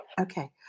Okay